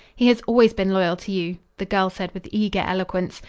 he has always been loyal to you, the girl said with eager eloquence.